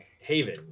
haven